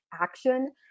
action